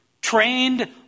trained